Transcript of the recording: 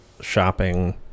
shopping